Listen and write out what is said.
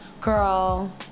girl